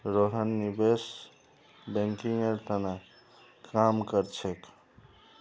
रोहन निवेश बैंकिंगेर त न काम कर छेक